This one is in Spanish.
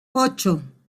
ocho